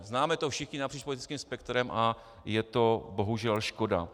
Známe to všichni napříč politickým spektrem a je to bohužel škoda.